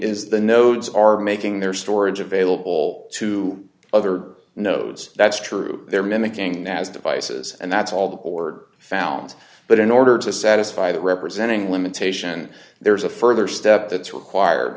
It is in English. is the nodes are making their storage available to other nodes that's true there mimicking naz devices and that's all the board found but in order to satisfy that representing limitation there's a further step that's require